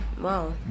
Wow